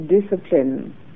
discipline